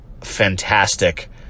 fantastic